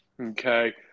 Okay